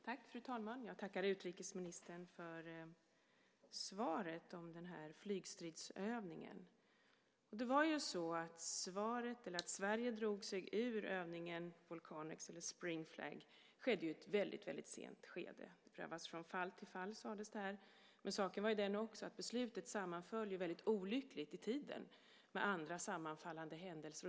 Fru talman! Jag tackar utrikesministern för svaret på frågan om flygstridsövningen. Sverige drog sig ur övningen Volcanex, eller Spring Flag, i ett väldigt sent skede. Det sker en prövning från fall till fall, sades det här. Men saken är ju den att beslutet sammanföll väldigt olyckligt i tiden med andra händelser.